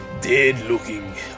dead-looking